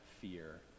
fear